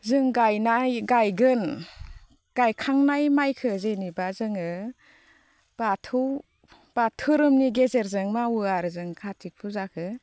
जों गायगोन गायखांनाय माइखौ जेनेबा जोङो बाथौ बा धोरोमनि गेजेरजों मावो आरो जों खाथिक फुजाखौ